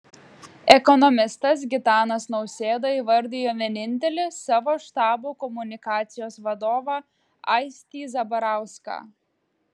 ekonomistas gitanas nausėda įvardijo vienintelį savo štabo komunikacijos vadovą aistį zabarauską